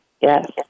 Yes